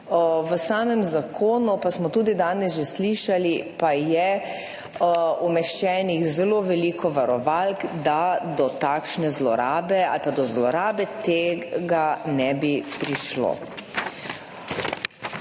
V samem zakonu pa smo tudi danes že slišali, pa je umeščenih zelo veliko varovalk, da do zlorabe tega ne bi prišlo.